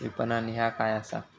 विपणन ह्या काय असा?